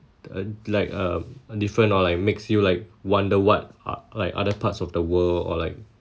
uh like um different or like makes you like wonder what are like other parts of the world or like